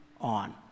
on